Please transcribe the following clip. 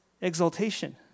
exaltation